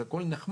זה הכול נחמד,